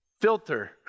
filter